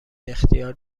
اختیار